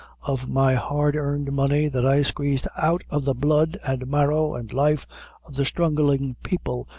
of my hard earned money, that i squeezed out of the blood and marrow and life of the struggling people,